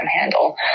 handle